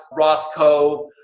Rothko